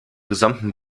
gesamten